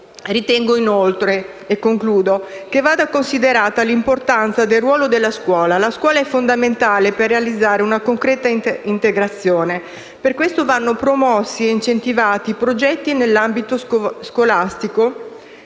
Ritengo inoltre, e concludo, che vada considerata l'importanza del ruolo della scuola. La scuola è fondamentale per realizzare una concreta integrazione. Per questo vanno promossi e incentivati progetti nell'ambito scolastico